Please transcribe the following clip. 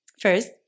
First